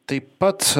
taip pat